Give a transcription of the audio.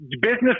Business